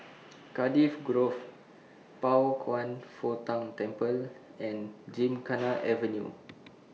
Cardiff Grove Pao Kwan Foh Tang Temple and Gymkhana Avenue